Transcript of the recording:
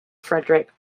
frederick